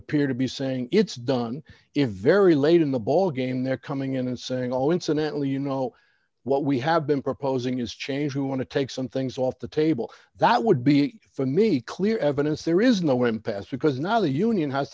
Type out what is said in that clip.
appear to be saying it's done in very late in the ball game they're coming in and saying oh incidentally you know what we have been proposing is change we want to take some things off the table that would be for me clear evidence there is no impasse because now the union has